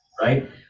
right